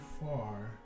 far